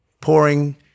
pouring